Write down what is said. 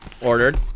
ordered